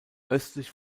östlich